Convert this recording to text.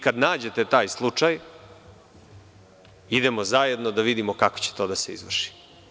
Kada nađete taj slučaj idemo zajedno da vidimo kako će to da se izvrši.